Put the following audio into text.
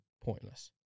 pointless